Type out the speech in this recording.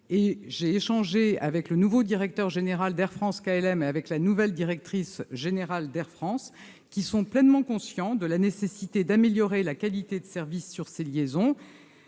J'ai échangé avec le nouveau directeur général d'Air France-KLM et avec la nouvelle directrice générale d'Air France, qui sont pleinement conscients de la nécessité d'améliorer la qualité de service sur ces liaisons.